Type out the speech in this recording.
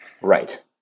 Right